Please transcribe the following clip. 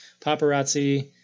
Paparazzi